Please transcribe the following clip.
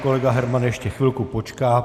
Pan kolega Herman ještě chvilku počká.